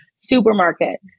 Supermarket